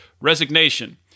resignation